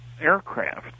aircraft